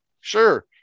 Sure